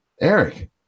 eric